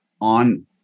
on